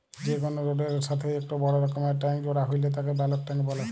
যে কোনো রোডের এর সাথেই একটো বড় রকমকার ট্যাংক জোড়া হইলে তাকে বালক ট্যাঁক বলে